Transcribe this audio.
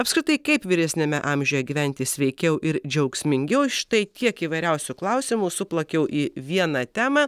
apskritai kaip vyresniame amžiuje gyventi sveikiau ir džiaugsmingiau štai tiek įvairiausių klausimų suplakiau į vieną temą